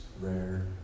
rare